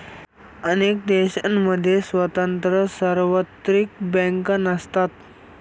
अनेक देशांमध्ये स्वतंत्र सार्वत्रिक बँका नसतात